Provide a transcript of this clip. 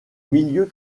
milieux